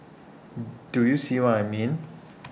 do you see what I mean